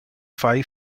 five